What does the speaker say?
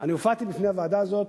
אני הופעתי בפני הוועדה הזאת,